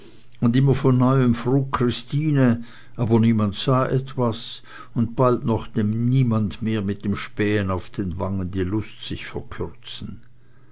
und immer von neuem frug christine aber niemand sah etwas und bald mochte niemand mehr mit dem spähen auf den wangen die lust sich verkürzen